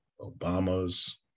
Obama's